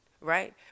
right